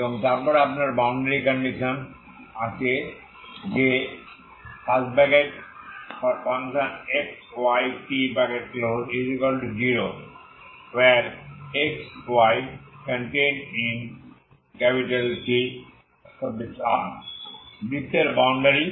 এবং তারপর আপনার বাউন্ডারি কন্ডিশনস আছে যে xyt0xy∈CR বৃত্তের বাউন্ডারি